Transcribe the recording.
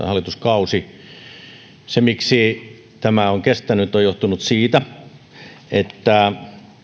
hallituskauden ajan se miksi tämä on kestänyt on johtunut siitä että